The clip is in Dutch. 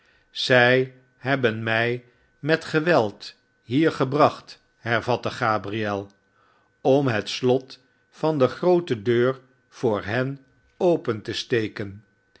zij hebben mij met geweld hier gebracht hervatte gabriel om het slot van de groote deur voor hen open te steken